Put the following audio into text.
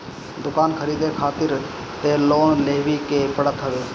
दुकान खरीदे खारित तअ लोन लेवही के पड़त हवे